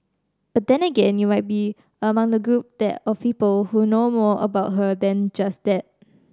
but then again you might be among the group there of people who know more about her than just that